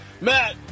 Matt